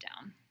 down